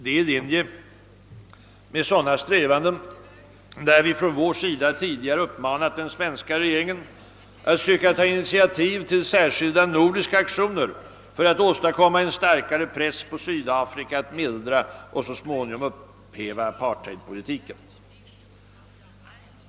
Det är i linje med sådana strävanden som vi från vår sida tidigare uppmanat den svenska regeringen att söka ta initiativ till särskilda nordiska aktioner för att åstadkomma en starkare press på Sydafrika att mildra och så småningom upphäva apartheidpolitiken.